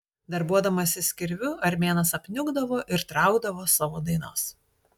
darbuodamasis kirviu armėnas apniukdavo ir traukdavo savo dainas